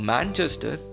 Manchester